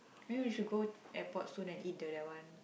maybe we should go airport soon and eat the that one